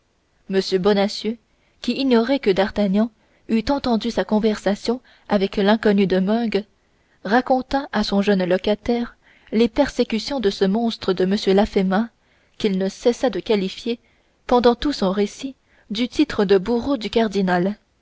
m bonacieux qui ignorait que d'artagnan eût entendu sa conversation avec l'inconnu de meung raconta à son jeune locataire les persécutions de ce monstre de m de laffemas qu'il ne cessa de qualifier pendant tout son récit du titre de bourreau du cardinal